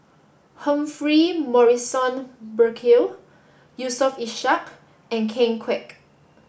Humphrey Morrison Burkill Yusof Ishak and Ken Kwek